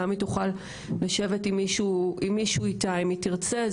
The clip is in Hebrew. גם היא תוכל לשבת עם מישהו איתה אם היא תרצה,